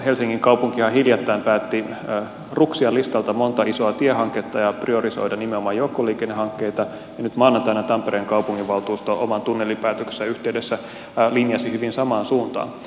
helsingin kaupunki ihan hiljattain päätti ruksia listalta monta isoa tiehanketta ja priorisoida nimenomaan joukkoliikennehankkeita ja nyt maanantaina tampereen kaupunginvaltuusto oman tunnelipäätöksensä yhteydessä linjasi hyvin samaan suuntaan